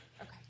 Okay